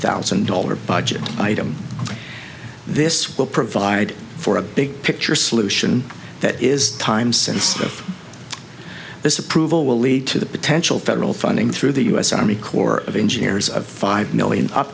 thousand dollar budget item this will provide for a big picture solution that is time sensitive this approval will lead to the potential federal funding through the u s army corps of engineers of five